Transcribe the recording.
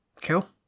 cool